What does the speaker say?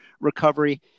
recovery